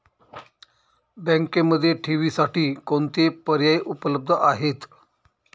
बँकेमध्ये ठेवींसाठी कोणते पर्याय उपलब्ध आहेत?